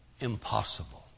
impossible